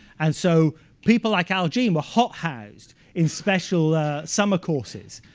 and so people like al jean were hot housed in special summer courses.